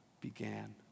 began